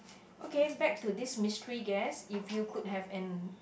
okay back to this mystery guess if you could have an